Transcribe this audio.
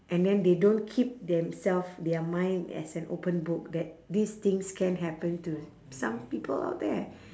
and then they don't keep themself their mind as an open book that these things can happen to some people out there